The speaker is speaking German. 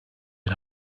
und